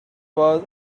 was